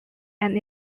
and